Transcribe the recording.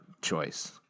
choice